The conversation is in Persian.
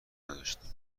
نداشتیم